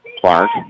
Clark